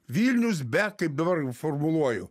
vilnius be kaip dabar formuluoju